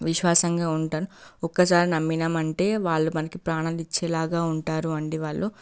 విశ్వాసంగా ఉంటారు ఒక్కసారి నమ్మినామంటే వాళ్ళు మనకి ప్రాణమిచ్చేలాగా ఉంటారు అండి వాళ్ళు